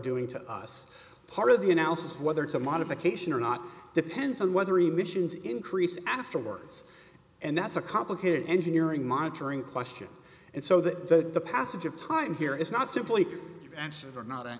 doing to us part of the analysis whether it's a modification or not depends on whether emissions increase afterwards and that's a complicated engineering monitoring question and so that the passage of time here is not simply action for not